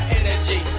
energy